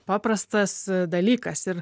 paprastas dalykas ir